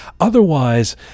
otherwise